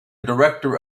director